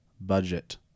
budget